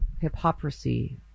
hypocrisy